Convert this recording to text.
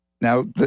Now